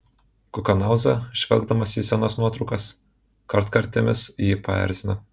kukanauza žvelgdamas į senas nuotraukas kartkartėmis jį paerzina